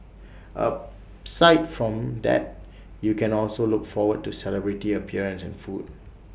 aside from that you can also look forward to celebrity appearances and food